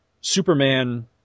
Superman